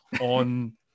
on